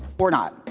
or not.